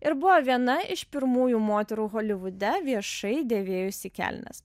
ir buvo viena iš pirmųjų moterų holivude viešai dėvėjusi kelnes